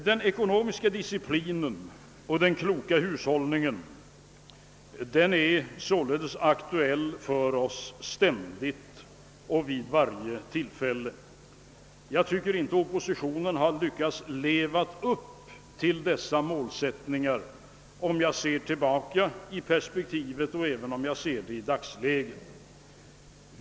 Den ekonomiska disciplinen och den kloka hushållningen är således ständigt och vid varje tillfälle aktuella ting för oss. Jag tycker inte att oppositionen i vårt land vare sig tidigare eller i dagsläget har lyckats leva upp till dessa målsättningar.